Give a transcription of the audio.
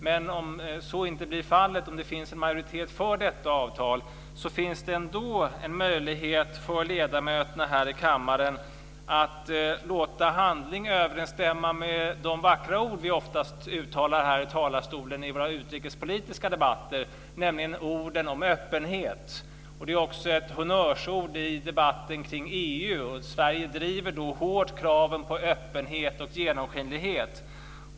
Men om så inte blir fallet, om det finns en majoritet för detta avtal, finns det ändå en möjlighet för kammarens ledamöter att låta handling överensstämma med de vackra ord vi ofta uttalar här i talarstolen i våra utrikespolitiska debatter, nämligen orden om öppenhet. Det är ju också ett honnörsord i debatten kring EU. Sverige driver hårt kraven på öppenhet och genomskinlighet.